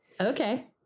Okay